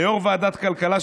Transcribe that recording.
ליו"ר ועדת הכלכלה,